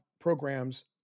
programs